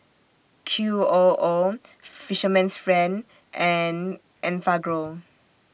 Q O O Fisherman's Friend and Enfagrow